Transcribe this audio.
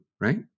Right